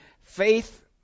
faith